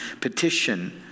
petition